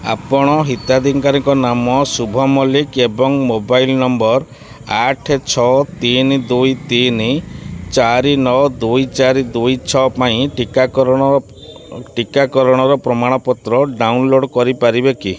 ଆପଣ ହିତାଧିକାରୀ ନାମ ଶୁଭ ମଲ୍ଲିକ୍ ଏବଂ ମୋବାଇଲ୍ ନମ୍ବର ଆଠ ଛଅ ତିନି ଦୁଇ ତିନି ଚାରି ନଅ ଦୁଇ ଚାରି ଦୁଇ ଛଅ ପାଇଁ ଟିକାକରଣର ପ୍ରମାଣପତ୍ର ଡ଼ାଉନଲୋଡ଼୍ କରିପାରିବେ କି